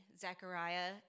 Zechariah